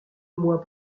moi